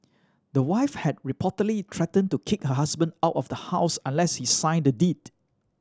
the wife had reportedly threatened to kick her husband out of the house unless he signed the deed